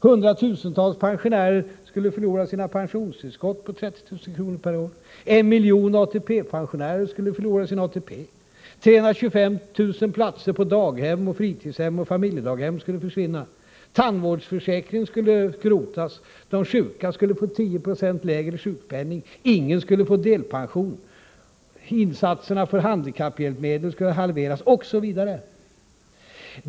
Hundratusentals pensionärer skulle förlora sina pensionstillskott på 30 000 kr. per år. En miljon ATP-pensionärer skulle förlora sin ATP. 325 000 platser på daghem, fritidshem och familjedaghem skulle försvinna. Tandvårdsförsäkringen skulle skrotas, de sjuka skulle få 10 96 lägre sjukpenning. Ingen skulle få delpension. Insatserna för handikapphjälpmedel skulle halveras, osv.